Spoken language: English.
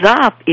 up